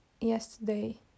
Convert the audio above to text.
Yesterday